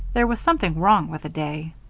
there was something wrong with the day.